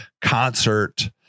concert